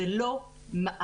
זה לא מעט.